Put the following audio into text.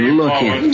looking